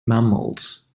mammals